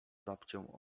babcią